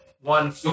One